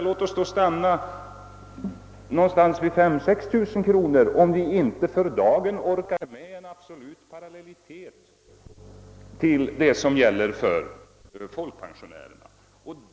Låt oss emellertid stanna vid 5 000 eller 6 000 kronor, om vi inte för dagen orkar med en absolut parallellitet till vad som gäller för folkpensionärerna.